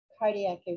cardiac